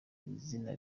izina